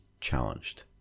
challenged